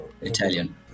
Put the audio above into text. Italian